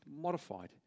modified